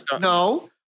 no